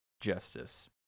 Justice